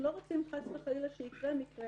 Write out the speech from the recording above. אנחנו לא רוצים חס וחלילה שיקרה מקרה